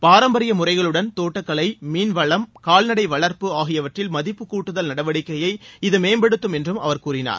பாரம்பரிய முறைகளுடன் தோட்டக்கலை மீன்வளம் கால்நடை வளர்ப்பு ஆகியவற்றில் மதிப்பு கூட்டுதல் நடவடிக்கையை இது மேம்படுத்தும் என்றும் அவர் கூறினார்